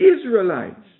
Israelites